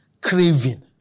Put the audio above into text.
craving